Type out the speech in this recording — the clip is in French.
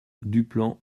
duplan